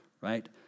right